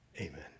Amen